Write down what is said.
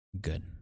Good